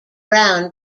brown